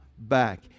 back